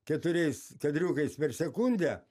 keturiais kadriukais per sekundę